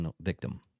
victim